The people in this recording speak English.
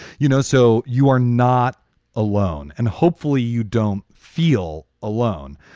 you know, so you are not alone and hopefully you don't feel alone.